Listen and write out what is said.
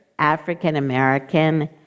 African-American